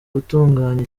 gutunganya